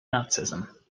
nazism